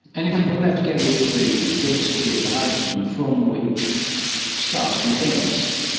and if you put that together with the density of the hydrogen from which stars condense,